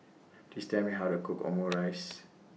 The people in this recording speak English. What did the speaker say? Please Tell Me How to Cook Omurice